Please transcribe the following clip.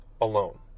alone